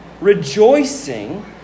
rejoicing